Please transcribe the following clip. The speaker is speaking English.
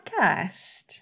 podcast